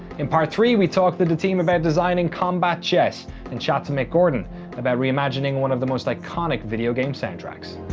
in part three we talk to the team about designing combat chess and chat to mick gordon about reimagining one of the most iconic video game soundtracks.